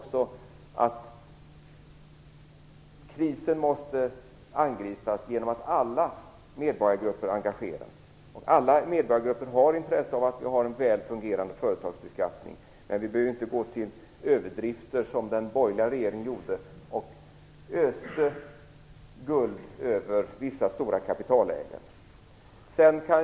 Krisen måste angripas genom att alla medborgargrupper engageras. Alla medborgargrupper har intresse av att vi har en väl fungerande företagsbeskattning. Men vi behöver inte gå till överdrift som den borgerliga regeringen gjorde, som öste guld över vissa stora kapitalägare.